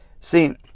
See